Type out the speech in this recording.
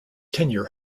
tenure